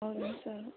ಹೌದೇನು ಸರ್